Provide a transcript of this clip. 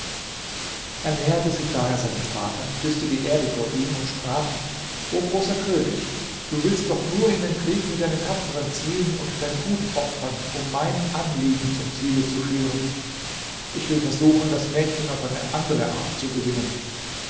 er näherte sich daher seinem vater küßte die erde vor ihm und sprach o großer könig du willst doch nur in den krieg mit deinen tapferen ziehen und dein gut opfern um mein anliegen zum ziele zu führen ich will versuchen das mädchen auf eine andere art zu gewinnen